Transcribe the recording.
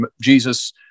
Jesus